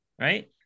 right